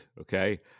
okay